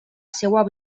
seua